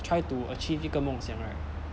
try to achieve 一个梦想 right